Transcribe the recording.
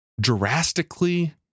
drastically